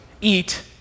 eat